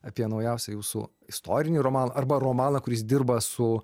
apie naujausią jūsų istorinį romaną arba romaną kuris dirba su